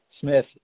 Smith